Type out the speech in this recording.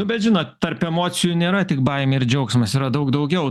bet žinot tarp emocijų nėra tik baimė ir džiaugsmas yra daug daugiau